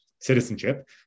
citizenship